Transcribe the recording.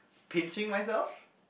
pinching myself